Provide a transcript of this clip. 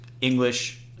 English